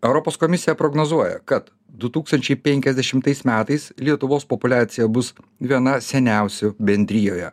europos komisija prognozuoja kad du tūkstančiai penkiasdešimtais metais lietuvos populiacija bus viena seniausių bendrijoje